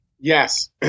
Yes